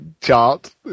chart